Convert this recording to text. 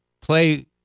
play